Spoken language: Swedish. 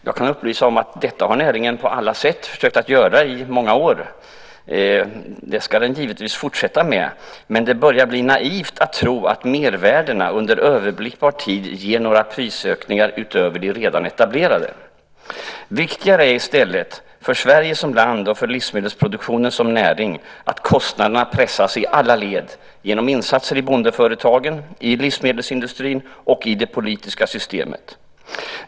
Jag kan upplysa om att näringen på alla sätt har försökt göra detta under många år. Det ska de givetvis fortsätta med, men det börjar bli naivt att tro att mervärdena under överblickbar tid ger några prisökningar utöver de redan etablerade. Viktigare är i stället för Sverige som land och för livsmedelsproduktionen som näring, att kostnaderna pressas i alla led genom insatser i bondeföretagen, i livsmedelsindustrin och i det politiska systemet.